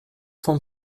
vom